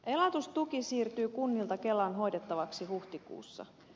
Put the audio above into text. elatustuki siirtyy kunnilta kelan hoidettavaksi huhtikuussa